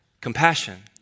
compassion